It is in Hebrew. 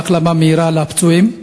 ומאחל החלמה מהירה לפצועים.